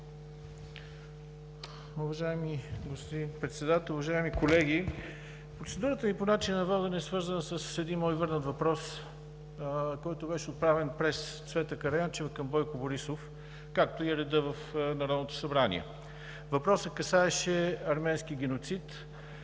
Въпросът касаеше арменския геноцид.